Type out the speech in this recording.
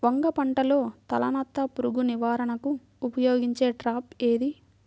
వంగ పంటలో తలనత్త పురుగు నివారణకు ఉపయోగించే ట్రాప్ ఏది?